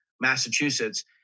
Massachusetts